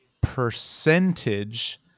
percentage